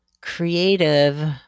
creative